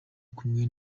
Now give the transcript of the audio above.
kumwe